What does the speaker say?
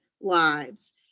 lives